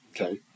okay